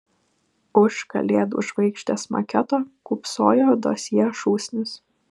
už kalėdų žvaigždės maketo kūpsojo dosjė šūsnis